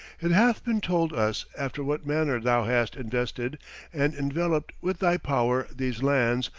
it hath been told us after what manner thou hast invested and enveloped with thy power these lands,